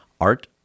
Art